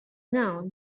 now